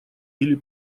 или